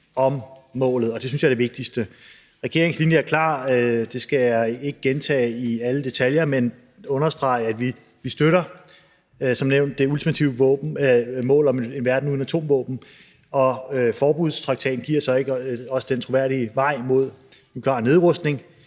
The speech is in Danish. om målet, og det synes jeg er det vigtigste. Regeringens linje er klar, og den skal jeg ikke gentage i alle detaljer, men understrege, at vi som nævnt støtter det ultimative mål om en verden uden atomvåben. Men forbudstraktaten giver os så ikke den troværdige vej mod nuklear nedrustning.